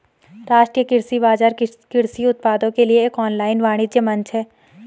राष्ट्रीय कृषि बाजार कृषि उत्पादों के लिए एक ऑनलाइन वाणिज्य मंच है